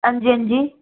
हां जी हां जी